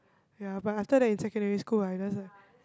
ya but after that in secondary school I just like